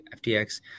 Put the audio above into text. FTX